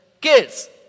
kids